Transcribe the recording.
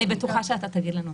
אני בטוחה שאתה תגיד לנו...